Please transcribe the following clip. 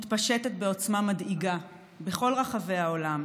מתפשטים בעוצמה מדאיגה בכל רחבי העולם,